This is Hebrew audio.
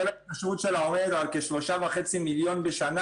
כל ההתקשרויות שלה עומד על כ-3.5 מיליון בשנה.